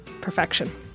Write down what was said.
Perfection